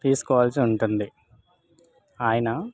తీసుకోవాల్సి ఉంటుంది ఆయన